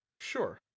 Sure